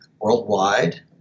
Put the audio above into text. worldwide